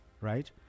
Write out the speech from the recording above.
right